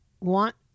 want